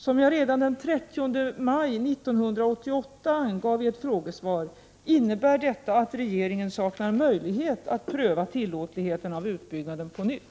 Som jag redan den 30 maj 1988 angav i ett frågesvar innebär detta att regeringen saknar möjlighet att pröva tillåtligheten av utbyggnaden på nytt.